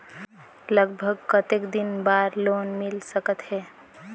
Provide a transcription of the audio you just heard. लगभग कतेक दिन बार लोन मिल सकत हे?